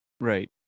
Right